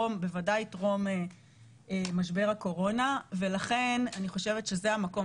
בוודאי טרום משבר הקורונה ולכן אני חושבת שזה המקום